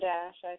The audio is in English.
Dash